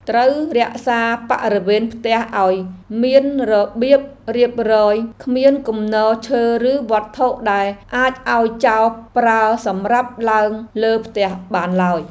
ត្រូវរក្សាបរិវេណផ្ទះឱ្យមានរបៀបរៀបរយគ្មានគំនរឈើឬវត្ថុដែលអាចឱ្យចោរប្រើសម្រាប់ឡើងលើផ្ទះបានឡើយ។